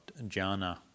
jhana